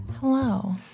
Hello